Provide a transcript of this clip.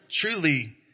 Truly